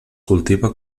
cultiva